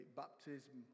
baptism